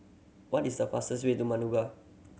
what is the fastest way to Managua